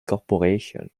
corporation